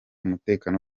umutekano